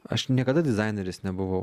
aš niekada dizaineris nebuvau